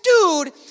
dude